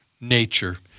nature